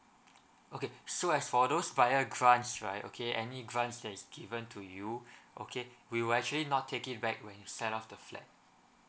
okay so as for those via grants right okay any grant that is given to you okay we will actually not take it back when you send off the flat